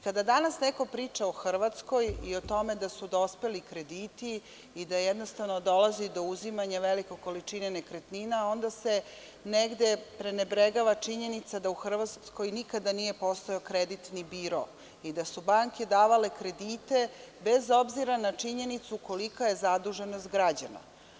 Kada danas neko priča o Hrvatskoj i o tome da su dospeli krediti i da, jednostavno, dolazi do uzimanja velike količine nekretnina, onda se negde prenebregava činjenica da u Hrvatskoj nikada nije postojao kreditni biro i da su banke davale kredite, bez obzira na činjenicu kolika je zaduženost građana.